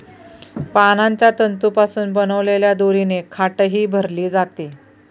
पानांच्या तंतूंपासून बनवलेल्या दोरीने खाटही भरली जाते